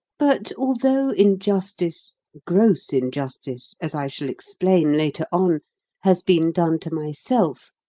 but although injustice gross injustice, as i shall explain later on has been done to myself,